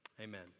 amen